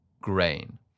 grain